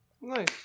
Nice